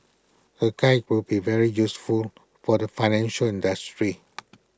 the guide would be very useful for the financial industry